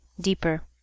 deeper